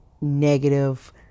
negative